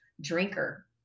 drinker